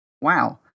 Wow